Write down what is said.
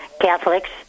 Catholics